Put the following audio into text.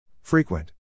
Frequent